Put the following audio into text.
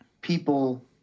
people